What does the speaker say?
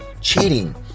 cheating